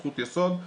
זכות יסוד,